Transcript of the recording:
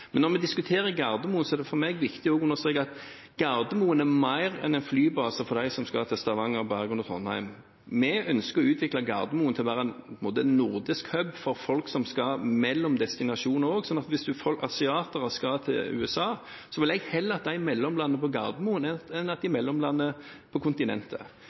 Men når vi diskuterer Gardermoen, er det for meg også viktig å understreke at Gardermoen er mer enn en flybase for dem som skal til Stavanger, Bergen og Trondheim. Vi ønsker å utvikle Gardermoen til å være en slags nordisk «hub» for folk som skal mellom destinasjoner også, sånn at hvis f.eks. asiater skal til USA, vil jeg heller at de mellomlander på Gardermoen enn